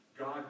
God